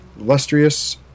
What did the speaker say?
illustrious